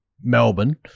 Melbourne